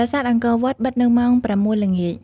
ប្រាសាទអង្គរវត្តបិទនៅម៉ោង ៦ ល្ងាច។